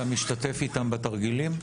אתה משתתף איתם בתרגילים?